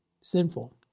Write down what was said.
sinful